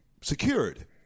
Secured